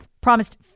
promised